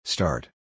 Start